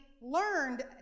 learned